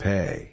Pay